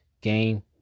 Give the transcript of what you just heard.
game